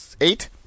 Eight